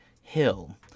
Hill